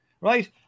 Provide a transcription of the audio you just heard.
right